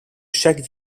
chaque